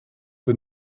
que